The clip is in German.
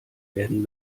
werden